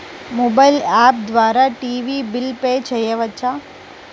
Mobile app ద్వారా TV bill pay చేయవచ్చా?